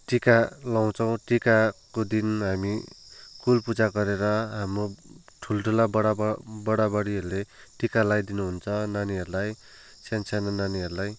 टिका लाउछौँ टिकाको दिन हामी कुल पुजा गरेर हाम्रो ठुल्ठुला बढाबा बढा बढीहरूले टिका लाइदिनुहुन्छ नानीहरूलाई सानो सानो नानीहरूलाई